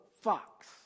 fox